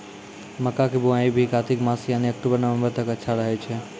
मक्का के बुआई भी कातिक मास यानी अक्टूबर नवंबर तक अच्छा रहय छै